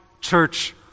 church